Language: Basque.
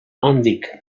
handik